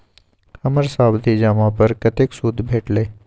हमर सावधि जमा पर कतेक सूद भेटलै?